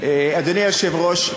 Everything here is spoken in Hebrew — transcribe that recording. אדוני היושב-ראש,